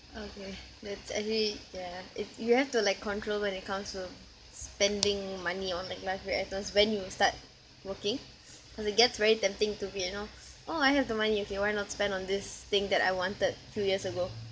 okay that's every ya it's you have to like control when it comes to spending money on like luxury items when you start working cause it gets very tempting to be you know oh I have the money okay why not spend on this thing that I wanted few years ago